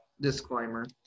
disclaimer